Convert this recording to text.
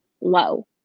low